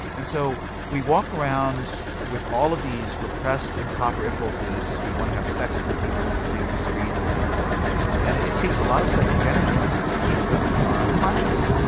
and so we walk around with all of these repressed, improper impulses, we want to have sex with the people we see in the street and so forth, and it takes a lot of psychic energy to to keep them in our unconscious.